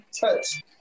touch